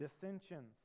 dissensions